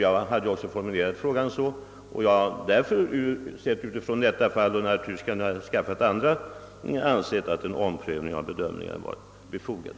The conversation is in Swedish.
Jag hade också formulerat min fråga med utgångspunkt i detta fall. Naturligtvis kunde jag ha tagit upp andra fall, i vilka en omprövning av bedömningen varit befogad.